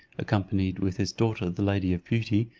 accompanied with his daughter the lady of beauty,